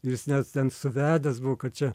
jis nes ten suvedęs buvo kad čia